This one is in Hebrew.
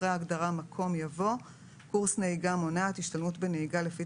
אחרי ההגדרה "מקום" יבוא: ""קורס נהיגה מונעת" השתלמות בנהיגה לפי